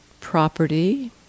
property